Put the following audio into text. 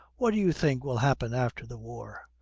what do you think will happen after the war?